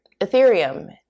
Ethereum